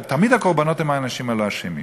ותמיד הקורבנות הם האנשים הלא-אשמים.